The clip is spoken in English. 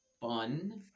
fun